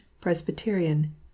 Presbyterian